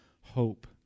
hope